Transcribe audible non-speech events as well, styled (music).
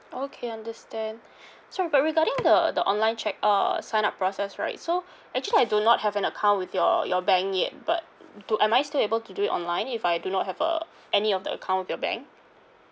okay understand sorry but regarding the the online check uh sign up process right so actually I do not have an account with your your bank yet but (noise) do am I still able to do it online if I do not have uh any of the account with your bank